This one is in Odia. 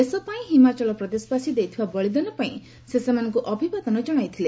ଦେଶ ପାଇଁ ହିମାଚଳ ପ୍ରଦେଶବାସୀ ଦେଇଥିବା ବଳିଦାନ ପାଇଁ ସେ ସେମାନଙ୍କୁ ଅଭିଭାବଦନ ଜଣାଇଥିଲେ